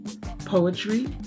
poetry